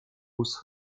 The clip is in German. muß